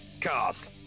cast